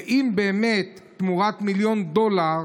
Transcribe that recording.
ואם באמת תמורת מיליון דולר